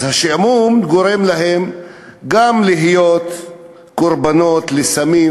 אז השעמום גורם להם גם להיות קורבנות לסמים